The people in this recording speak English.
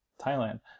Thailand